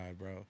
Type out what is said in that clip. bro